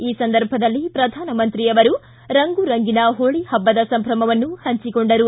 ಈ ಸಂದರ್ಭದಲ್ಲಿ ಪ್ರಧಾನಮಂತ್ರಿ ಅವರು ರಂಗುರಂಗಿನ ಹೋಳಿ ಹಬ್ಬದ ಸಂಭ್ರಮವನ್ನು ಹಂಚಿಕೊಂಡರು